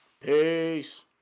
Peace